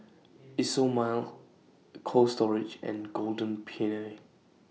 Isomil Cold Storage and Golden Peony